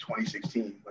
2016